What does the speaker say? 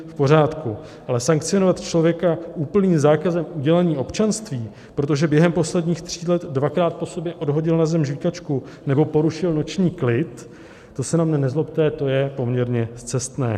V pořádku, ale sankcionovat člověka úplným zákazem udělení občanství, protože během posledních tří let dvakrát po sobě odhodil na zem žvýkačku nebo porušil noční klid, to se na mě nezlobte, to je poměrně scestné.